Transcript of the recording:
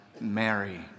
Mary